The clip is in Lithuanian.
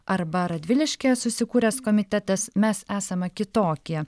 arba radviliškyje susikūręs komitetas mes esame kitokie